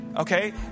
Okay